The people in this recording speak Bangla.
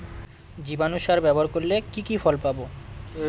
জীবাণু সার ব্যাবহার করলে কি কি ফল পাবো?